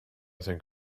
think